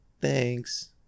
Thanks